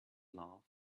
love